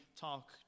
talk